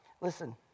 Listen